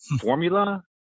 formula